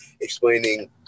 explaining